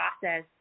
process